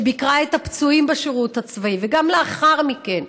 שביקרה את הפצועים בשירות הצבאי וגם לאחר מכן,